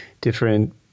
different